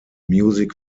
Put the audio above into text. music